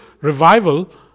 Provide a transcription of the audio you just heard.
revival